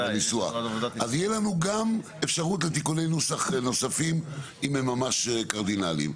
תהיה לנו גם אפשרות לתיקוני נוסח נוספים אם הם ממש קרדינליים.